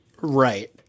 Right